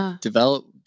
develop